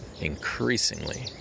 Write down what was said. increasingly